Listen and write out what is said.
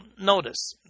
notice